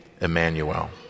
Emmanuel